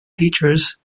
teachers